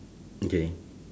okay